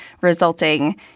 resulting